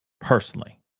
personally